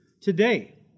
today